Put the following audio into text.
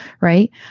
Right